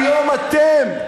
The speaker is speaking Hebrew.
היום אתם,